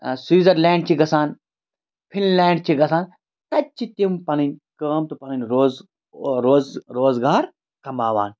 Switzerland چھِ گژھان Finland چھِ گژھان تَتہِ چھِ تِم پَنٕنۍ کٲم تہٕ پَنٕنۍ روز روز روزگار کماوان